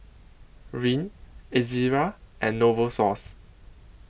Rene Ezerra and Novosource